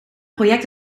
project